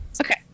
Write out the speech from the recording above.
okay